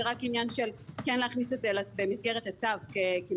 זה רק עניין של כן להכניס את זה במסגרת הצו משפטית.